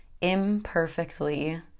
imperfectly